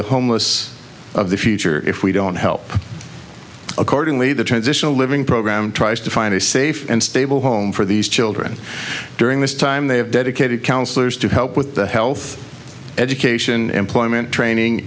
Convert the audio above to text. the homeless of the future if we don't help accordingly the transitional living program tries to find a safe and stable home for these children during this time they have dedicated counselors to help with the health education employment training